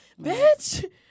Bitch